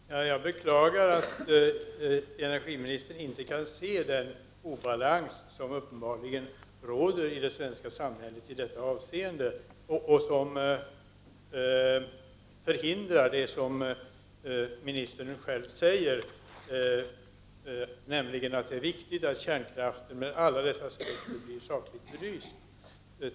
Herr talman! Jag beklagar att energiministern inte kan se den obalans som uppenbarligen råder i det svenska samhället i dessa avseenden och som förhindrar det som ministern själv säger sig vilja åstadkomma, nämligen att kärnkraften med alla dess aspekter blir sakligt belyst.